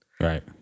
Right